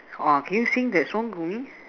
!wah! can you sing that song to me